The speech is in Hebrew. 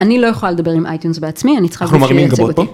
אני לא יכולה לדבר עם אייטיונס בעצמי, אני צריכה להוציא את זה פה.